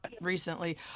recently